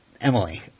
Emily